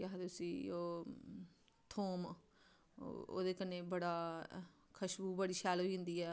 केह् आक्खदे उसी ओह् थूम ओह्दे कन्नै बड़ा ओ खुशबू बड़ी शैल होई जंदी ऐ